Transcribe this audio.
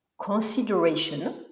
consideration